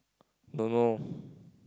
don't know